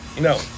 No